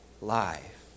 life